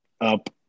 up